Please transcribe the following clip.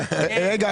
רגע,